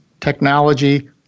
technology